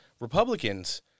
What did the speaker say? Republicans